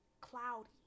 cloudy